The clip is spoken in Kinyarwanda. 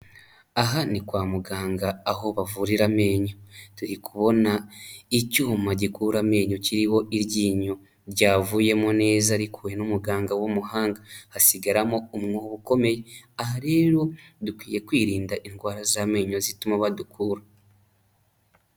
Aha ni kwa muganga aho bavurira amenyo, turi kubona icyuma gikura amenyo kiriho iryinyo ryavuyemo neza, riwe n'umuganga w'umuhanga, hasigaramo umwobo ukomeye, aha rero dukwiye kwirinda indwara z'amenyo zituma badukura.